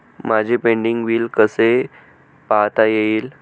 माझे pending bill कसे पाहता येईल?